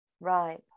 Right